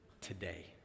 today